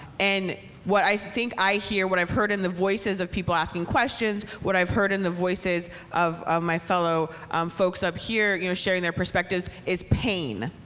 and what i think i hear, what i've heard in the voices of people asking questions, what i've heard in the voices of of my fellow folks up here you know sharing their perspectives, is pain.